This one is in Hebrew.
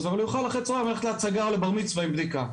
אבל הוא יוכל אחרי הצהריים ללכת להצגה או לבר מצווה עם בדיקה.